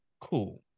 Cool